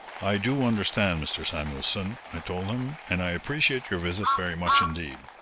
i do understand, mr. samuelson, i told him, and i appreciate your visit very much indeed.